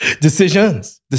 Decisions